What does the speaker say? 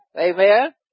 amen